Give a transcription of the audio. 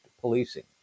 policing